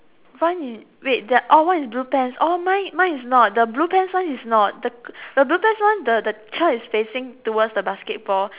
mine is wait there oh one is blue pants oh mine is not the blue pants one is not the the blue pants one the the child is facing towards the basketball